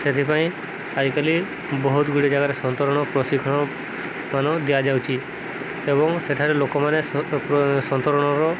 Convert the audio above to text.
ସେଥିପାଇଁ ଆଜିକାଲି ବହୁତଗୁଡ଼ିଏ ଜାଗାରେ ସନ୍ତରଣ ପ୍ରଶିକ୍ଷଣମାନ ଦିଆଯାଉଛି ଏବଂ ସେଠାରେ ଲୋକମାନେ ସନ୍ତରଣର